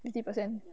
fifty percent